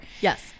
Yes